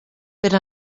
per